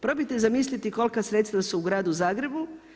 Probajte zamisliti kolika sredstva su u gradu Zagrebu.